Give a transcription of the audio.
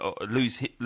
lose